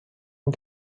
این